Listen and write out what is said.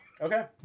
Okay